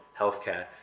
healthcare